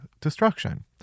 destruction